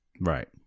Right